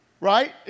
right